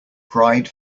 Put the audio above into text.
pride